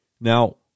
Now